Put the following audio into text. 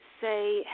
say